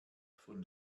von